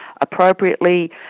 appropriately